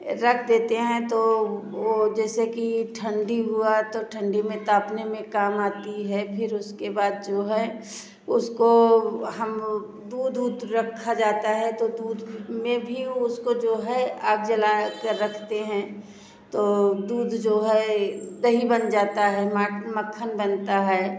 रख देते हैं तो वो जैसे कि ठंडी हुआ तो ठंडी में तापने में काम आती है फिर उसके बाद जो है उसको हम दूध ऊध रखा जाता है तो दूध में भी उसको जो है आग जलाकर रखते हैं तो दूध जो है दही बन जाता है माठ मक्खन बनता है